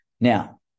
Now